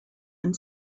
and